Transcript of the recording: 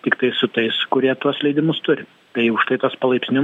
tiktai su tais kurie tuos leidimus turi tai užtai tas palaipsniui